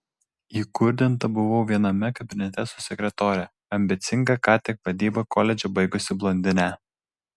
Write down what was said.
įkurdinta buvau viename kabinete su sekretore ambicinga ką tik vadybą koledže baigusia blondine